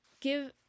give